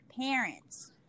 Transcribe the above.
parents